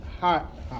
hot